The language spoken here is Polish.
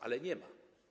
Ale nie ma.